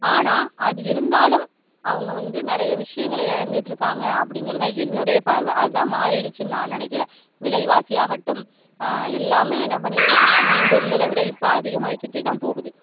ஆனால் அது இருந்தாலும் அவங்க வந்து நிறைய விஷயங்களை இழந்துட்டுருக்காங்க அப்படிங்குறது தான் என்னோடைய பார்வை அதுதான் மாறிடுச்சுன்னு நான் நினைக்குறேன் விலைவாசி ஆகட்டும் எல்லாமே என்ன பண்ணிட்டிருக்குனா முன்பிருந்ததை விட இப்போ அதிகமாகிக்கிட்டே தான் போகுது